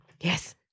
Yes